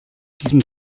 diesem